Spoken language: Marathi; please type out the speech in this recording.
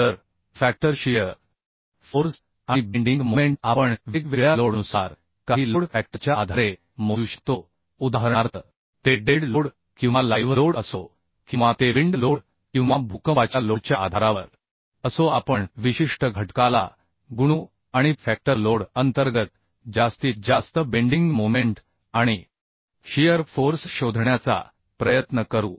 तर फॅक्टर शियर फोर्स आणि बेंडिंग मोमेंट आपण वेगवेगळ्या लोडनुसार काही लोड फॅक्टरच्या आधारे मोजू शकतो उदाहरणार्थ ते डेड लोड किंवा लाइव्ह लोड असो किंवा ते विंड लोड किंवा भूकंपाच्या लोडच्या आधारावर असो आपण विशिष्ट घटकाला गुणू आणि फॅक्टर लोड अंतर्गत जास्तीत जास्त बेंडिंग मोमेंट आणि शियर फोर्स शोधण्याचा प्रयत्न करू